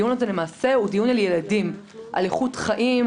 הדיון הזה למעשה הוא דיון על ילדים: על איכות ילדים,